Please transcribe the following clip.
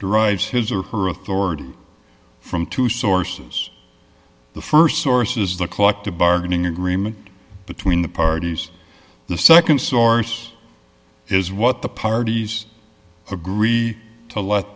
derives his or her authority from two sources the st source is the collective bargaining agreement between the parties the nd source is what the parties agree to let